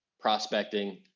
prospecting